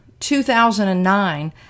2009